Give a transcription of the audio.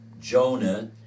Jonah